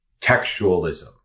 textualism